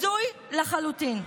הזוי לחלוטין.